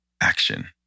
action